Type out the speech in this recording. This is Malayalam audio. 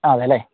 ആ അതെ അല്ലെ